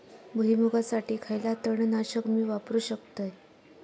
भुईमुगासाठी खयला तण नाशक मी वापरू शकतय?